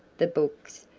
the books,